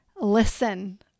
listen